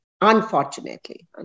Unfortunately